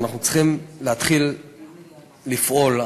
ואנחנו צריכים להתחיל לפעול.